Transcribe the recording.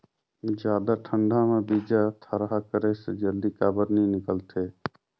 जादा ठंडा म बीजा थरहा करे से जल्दी काबर नी निकलथे?